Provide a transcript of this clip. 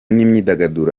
n’imyidagaduro